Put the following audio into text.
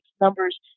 numbers